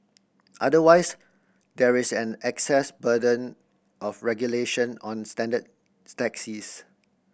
otherwise there is an access burden of regulation on standard taxis